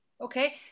okay